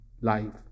life